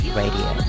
radio